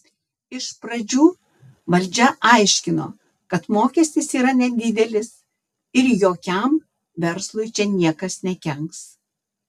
iš pradžių valdžia aiškino kad mokestis yra nedidelis ir jokiam verslui čia niekas nekenks